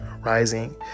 rising